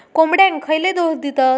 कोंबड्यांक खयले डोस दितत?